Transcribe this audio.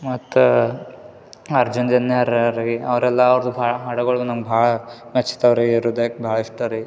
ಮತ್ತು ಅರ್ಜುನ್ ಜನ್ಯ ಅವ್ರ ರೀ ಅವರೆಲ್ಲ ಅವ್ರ್ದು ಭಾ ಹಾಡಗಳ್ ನಮ್ಗೆ ಭಾಳ ಮೆಚ್ತಾವು ರೀ ಹೃದಯಕ್ಕೆ ಭಾಳ ಇಷ್ಟ ರೀ